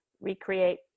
recreate